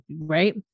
right